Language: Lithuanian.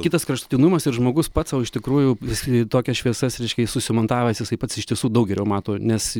kitas kraštutinumas ir žmogus pats sau iš tikrųjų jis tokias šviesas reiškia susimontavęs jisai pats iš tiesų daug geriau mato nes